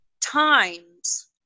times